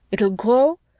it'll grow?